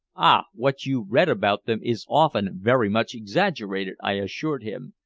ah! what you read about them is often very much exaggerated, i assured him.